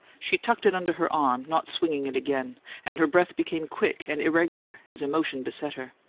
she tucked it under her arm, not swinging it again and her breath became quick and irregular as emotion beset her.